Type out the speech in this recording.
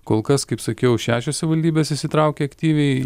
kol kas kaip sakiau šešios savivaldybės įsitraukė aktyviai